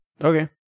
Okay